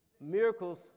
Miracles